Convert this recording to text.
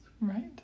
Right